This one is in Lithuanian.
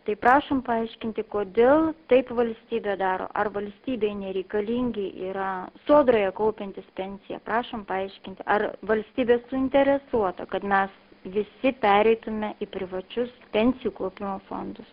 tai prašom paaiškinti kodėl taip valstybė daro ar valstybei nereikalingi yra sodroje kaupiantys pensiją prašom paaiškinti ar valstybė suinteresuota kad mes visi pereitume į privačius pensijų kaupimo fondus